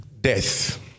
death